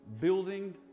building